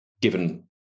given